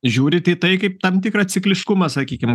žiūrite į tai kaip tam tikrą cikliškumą sakykim